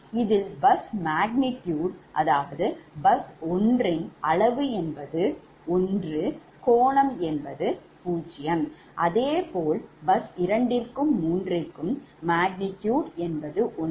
இதில் bus 1 magnitude அளவு என்பது 1∠0∘ அதேபோல் bus இரண்டிற்கும்மூன்றிற்கும் magnitude என்பது ஒன்று